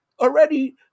already